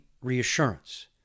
reassurance